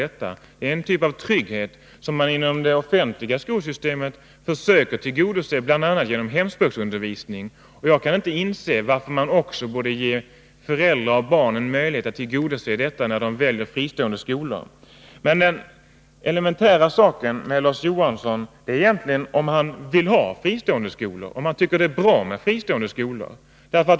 Det är en typ av trygghet som man inom det offentliga skolsystemet försöker tillgodose bl.a. genom hemspråksundervisning, och jag kan inte inse varför man inte borde ge också föräldrar och barn en möjlighet att välja fristående skolor. Men den elementära frågan när det gäller Larz Johansson är om han vill ha fristående skolor, om han tycker att det är bra med sådana.